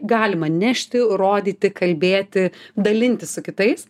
galima nešti rodyti kalbėti dalintis su kitais